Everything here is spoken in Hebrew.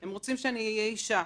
הם רוצים שאהיה אישה.